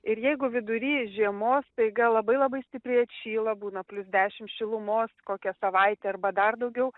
ir jeigu vidury žiemos staiga labai labai stipriai atšyla būna plius dešim šilumos kokią savaitę arba dar daugiau